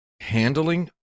handling